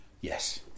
Yes